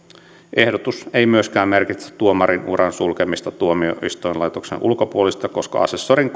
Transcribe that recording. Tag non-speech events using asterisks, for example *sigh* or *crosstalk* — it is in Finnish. ehdotus ei myöskään merkitse tuomarin uran sulkemista tuomioistuinlaitoksen ulkopuolisilta koska asessorin *unintelligible*